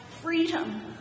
freedom